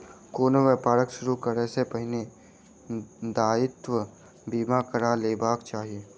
कोनो व्यापार शुरू करै सॅ पहिने दायित्व बीमा करा लेबाक चाही